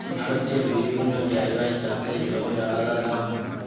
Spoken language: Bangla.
ভারতের বিভিন্ন জাগায় চাষের জমির আলদা দাম